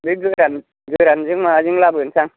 बे गोरान गोरानजों माबाजों लाबोनोसै आं